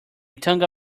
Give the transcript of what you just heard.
tongue